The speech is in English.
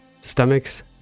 stomachs